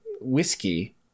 whiskey